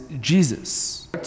Jesus